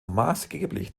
maßgeblich